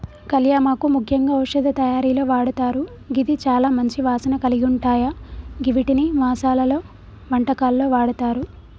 కళ్యామాకు ముఖ్యంగా ఔషధ తయారీలో వాడతారు గిది చాల మంచి వాసన కలిగుంటాయ గివ్విటిని మసాలలో, వంటకాల్లో వాడతారు